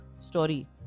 story